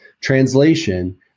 Translation